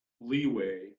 leeway